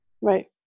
Right